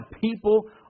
people